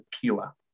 pure